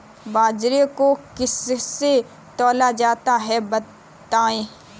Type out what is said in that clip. बाजरे को किससे तौला जाता है बताएँ?